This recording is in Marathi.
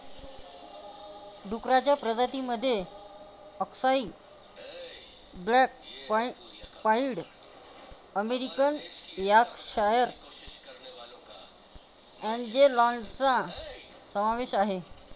डुक्करांच्या प्रजातीं मध्ये अक्साई ब्लॅक पाईड अमेरिकन यॉर्कशायर अँजेलॉनचा समावेश आहे